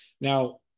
Now